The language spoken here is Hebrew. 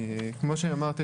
כמו שאמרת,